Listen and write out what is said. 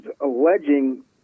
alleging